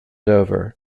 over